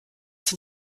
sind